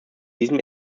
diesem